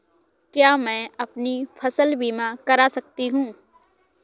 क्या मैं अपनी फसल बीमा करा सकती हूँ?